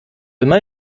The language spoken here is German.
immer